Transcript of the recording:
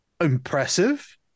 impressive